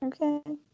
Okay